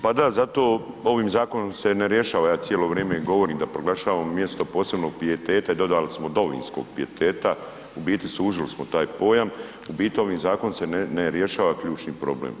Pa da zato ovim zakonom se ne rješava, ja cijelo vrijeme i govorim da proglašavamo mjesto posebnog pijeteta i dodali smo domovinskog pijeteta u biti suzili smo taj pojam u biti ovim zakonom se ne rješava ključni problem.